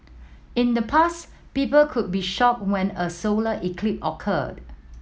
in the past people could be shocked when a solar eclipse occurred